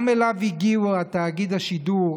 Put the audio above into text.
גם אליו הגיעו תאגיד השידור.